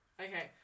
Okay